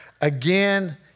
again